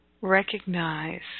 recognize